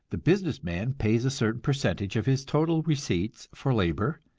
the business man pays a certain percentage of his total receipts for labor,